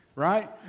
Right